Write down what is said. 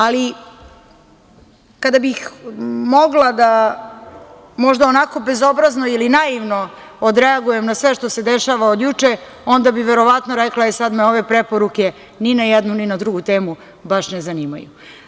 Ali kada bih mogla da onako možda bezobrazno ili naivno odreagujem na sve što se dešava, od juče, onda bi verovatno rekla, e sada me ove preporuke ni na jednu ni na drugu temu, ne zanimaju.